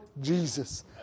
Jesus